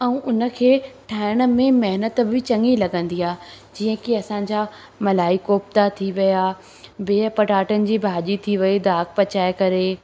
ऐं उन खे ठाहिण में महिनत बि चङी लॻंदी आहे जीअं की असांजा मलाई कोफ़्ता थी विया बिहु पटाटनि जी भाॼी थी वई दाग़ु पचाए करे